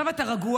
עכשיו אתה רגוע,